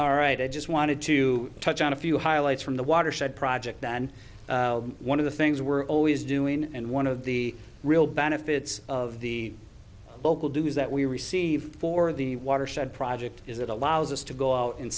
all right i just wanted to touch on a few highlights from the watershed project than one of the things we're always doing and one of the real benefits of the local do is that we received for the watershed project is it allows us to go out and